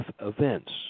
events